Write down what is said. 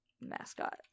mascot